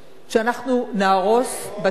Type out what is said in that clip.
שאנחנו נהרוס בתים?